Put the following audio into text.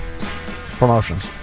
promotions